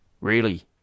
Really